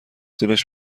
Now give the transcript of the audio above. دلش